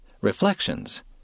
Reflections